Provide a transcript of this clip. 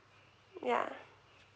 ya